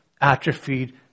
atrophied